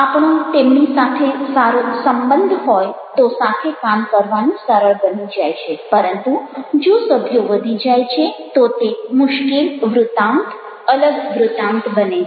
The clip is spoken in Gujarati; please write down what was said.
આપણો તેમની સાથે સારો સંબંધ હોય તો સાથે કામ કરવાનું સરળ બની જાય છે પરંતુ જો સભ્યો વધી જાય છે તો તે મુશ્કેલ વૃતાંત અલગ વૃતાંત બને છે